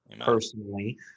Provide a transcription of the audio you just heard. personally